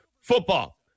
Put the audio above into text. Football